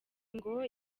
ngo